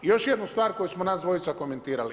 I još jednu stvar koju smo nas dvojica komentirali.